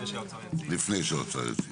לפני שהאוצר יציג.